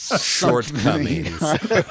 shortcomings